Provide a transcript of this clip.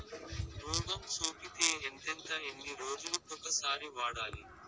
రోగం సోకితే ఎంతెంత ఎన్ని రోజులు కొక సారి వాడాలి?